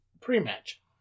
pre-match